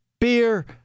Beer